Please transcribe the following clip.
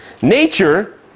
Nature